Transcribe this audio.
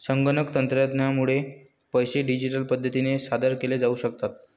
संगणक तंत्रज्ञानामुळे पैसे डिजिटल पद्धतीने सादर केले जाऊ शकतात